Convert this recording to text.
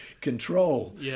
control